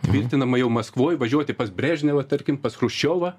tvirtinama jau maskvoj važiuoti pas brežnevą tarkim pas chruščiovą